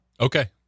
Okay